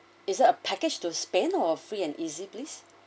is that a package to spain or free and easy please